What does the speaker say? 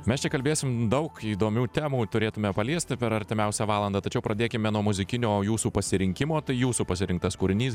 mes čia kalbėsim daug įdomių temų turėtume paliesti per artimiausią valandą tačiau pradėkime nuo muzikinio jūsų pasirinkimo tai jūsų pasirinktas kūrinys